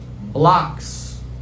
blocks